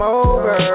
over